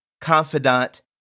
confidant